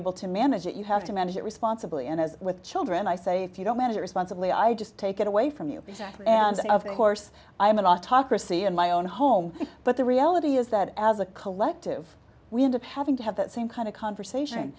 able to manage it you have to manage it responsibly and as with children i say if you don't manage it responsibly i just take it away from you and of course i am an autocracy in my own home but the reality is that as a collective we end up having to have that same kind of